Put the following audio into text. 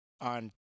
on